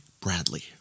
Bradley